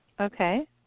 Okay